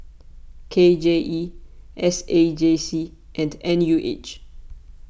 K J E S A J C and N U H